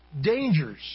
dangers